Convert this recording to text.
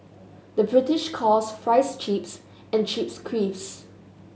the British calls fries chips and chips crisps